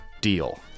deal